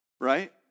right